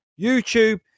youtube